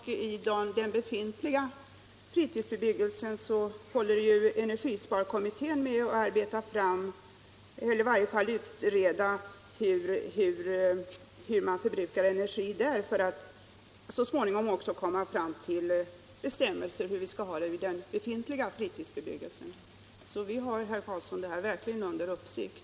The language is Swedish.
Energisparkommittén håller på med en utredning om energiförbrukningen i fritidshus för att man så småningom skall få fram bestämmelser för den befintliga fritidsbebyggelsen. Vi har alltså, herr Karlsson, verkligen denna fråga under uppsikt.